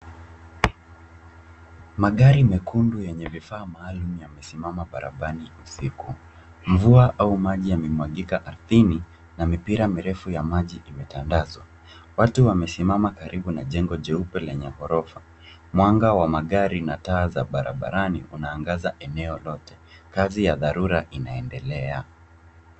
Magari mekundu yenye vifaa maalum yamesimama barabarani usiku. Mvua au maji yamemwagika ardhini na mipira mirefu ya maji imetandazwa . Watu wamesimama karibu na jengo jeupe lenye ghorofa. Mwanga wa magari na taa za barabarani unaangaza eneo lote. Kazi ya dharura inaendelea.